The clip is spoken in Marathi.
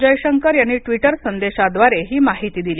जय शंकर यांनी ट्विटर संदेश द्वारे ही माहिती दिली